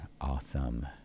awesome